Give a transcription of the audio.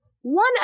one